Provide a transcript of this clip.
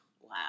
wow